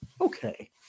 Okay